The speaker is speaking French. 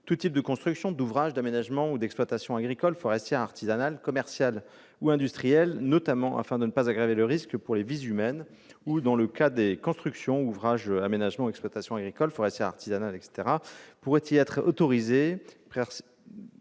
tout type de construction, d'ouvrage, d'aménagement ou d'exploitation agricole, forestière, artisanale, commerciale ou industrielle, notamment afin de ne pas aggraver le risque pour les vies humaines ou, dans le cas où des constructions, ouvrages, aménagements ou exploitations agricoles, forestières, artisanales, commerciales